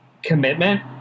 commitment